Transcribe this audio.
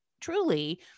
truly